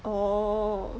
orh